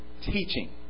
teaching